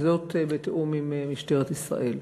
וזאת בתיאום עם משטרת ישראל.